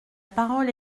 parole